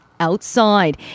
Outside